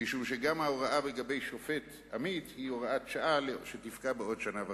משום שגם ההוראה לגבי שופט עמית היא הוראת שעה שתפקע בעוד שנה וחצי.